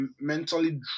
mentally